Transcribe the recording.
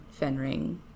Fenring